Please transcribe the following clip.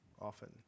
often